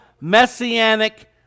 messianic